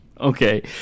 okay